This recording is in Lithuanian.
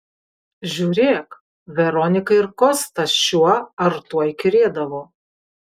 žiūrėk veronikai ir kostas šiuo ar tuo įkyrėdavo